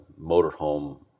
motorhome